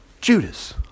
Judas